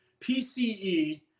PCE